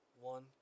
One